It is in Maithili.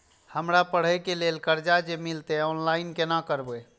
हमरा पढ़े के लेल कर्जा जे मिलते ऑनलाइन केना करबे?